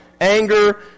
Anger